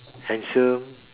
handsome